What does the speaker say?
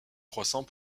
croissants